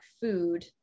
food